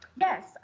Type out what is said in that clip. Yes